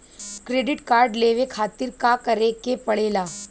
Credit card लेवे खातिर का करे के पड़ेला?